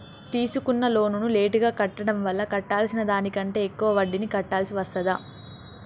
తీసుకున్న లోనును లేటుగా కట్టడం వల్ల కట్టాల్సిన దానికంటే ఎక్కువ వడ్డీని కట్టాల్సి వస్తదా?